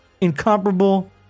incomparable